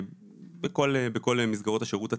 בכל מסגרות השירות הציבורי.